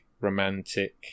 romantic